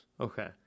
Okay